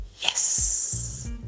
Yes